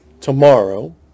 tomorrow